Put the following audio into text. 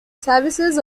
services